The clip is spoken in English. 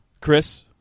Chris